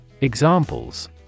Examples